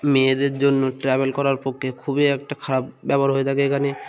মেয়েদের জন্য ট্র্যাভেল করার পক্ষে খুবই একটা খারাপ ব্যবহার হয়ে থাকে এখানে